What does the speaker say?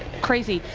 crazy.